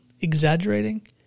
exaggerating